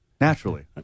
Naturally